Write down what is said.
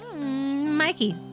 Mikey